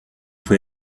pay